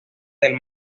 del